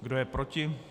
Kdo je proti?